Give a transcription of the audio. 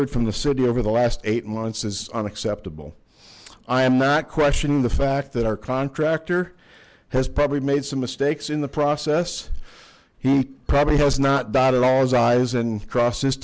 d from the city over the last eight months is unacceptable i am not questioning the fact that our contractor has probably made some mistakes in the process he probably has not died at all his eyes and crosse